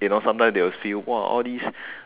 you know sometime they will feel !wah! all these